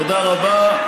תודה רבה.